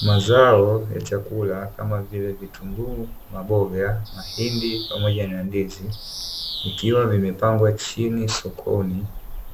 Mazao ya chakula kama vile vitunguu, maboga, mahindi, pamoja na ndizi vikiwa vimepangwa chini sokoni